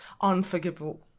unforgivable